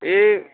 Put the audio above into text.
एह्